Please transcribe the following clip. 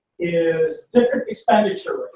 is different expenditure